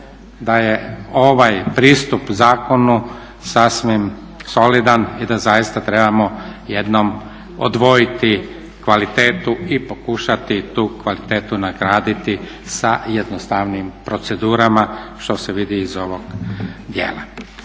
da je ovaj pristup zakonu sasvim solidan i da zaista trebamo jednom odvojiti kvalitetu i pokušati tu kvalitetu nagraditi sa jednostavnijim procedurama što se vidi i iz ovog dijela.